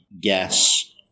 gas